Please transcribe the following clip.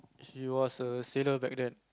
he was a sailor back then